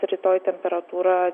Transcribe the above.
rytoj temperatūra